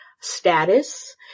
status